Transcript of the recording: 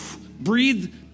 breathe